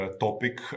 topic